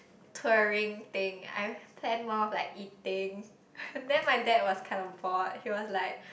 touring thing I planned more of like eating then my dad was kind of bored he was like